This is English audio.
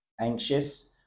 anxious